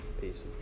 peace